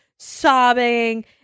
Sobbing